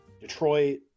Detroit